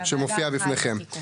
שמופיע בפניכם.